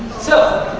so.